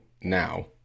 now